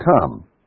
come